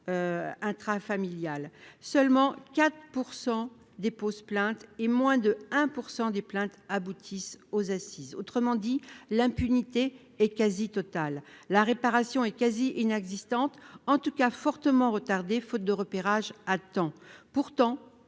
intrafamiliales seulement 4 pour 100 dépose plainte et moins de 1 % des plaintes aboutissent aux assises, autrement dit, l'impunité est quasi totale, la réparation est quasi inexistante en tout cas fortement retardé faute de repérage attends pourtant